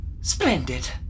Splendid